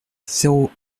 zéro